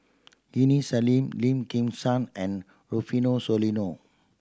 Aini Salim Lim Kim San and Rufino Soliano